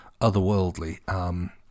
otherworldly